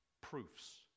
proofs